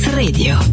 radio